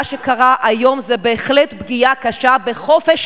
מה שקרה היום זה בהחלט פגיעה קשה בחופש